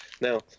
now